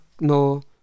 no